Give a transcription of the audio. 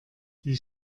die